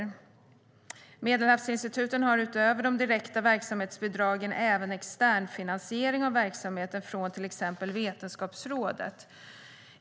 Medelhavsinstituten har utöver de direkta verksamhetsbidragen även externfinansiering av verksamheten från till exempel Vetenskapsrådet.